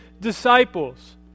disciples